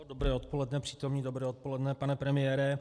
Dobré odpoledne, přítomní, dobré odpoledne, pane premiére.